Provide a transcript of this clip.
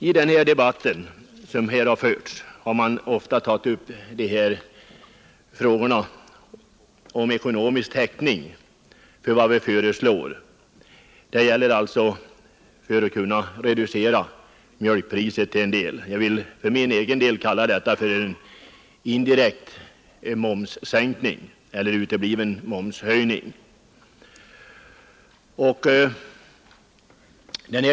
I den debatt som här förts har man upprepade gånger tagit upp frågan om ekonomisk täckning för våra förslag i syfte att något reducera mjölkpriset i konsumentledet. Jag vill beteckna vårt förslag som en indirekt momssänkning eller en utebliven momshöjning.